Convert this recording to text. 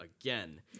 again